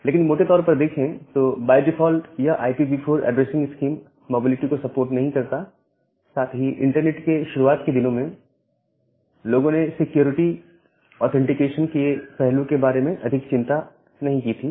लेकिन मोटे तौर पर देखें तो बाय डिफॉल्ट यह IPv4 ऐड्रेसिंग स्कीम मोबिलिटी को सपोर्ट नहीं करता साथ ही इंटरनेट के शुरुआत के दिनों के दौरान लोगों ने सिक्योरिटी ऑथेंटिकेशन के पहलू के बारे में अधिक चिंता नहीं की थी